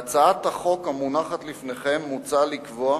בהצעת החוק המונחת לפניכם מוצע לקבוע